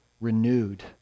renewed